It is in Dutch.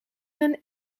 een